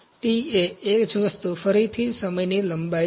T એ જ વસ્તુ ફરીથી સમયની લંબાઈ છે